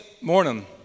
morning